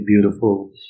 beautiful